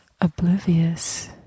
oblivious